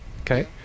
Okay